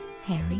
Harry